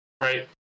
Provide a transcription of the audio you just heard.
right